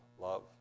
love